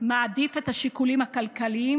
מעדיף את השיקולים הכלכליים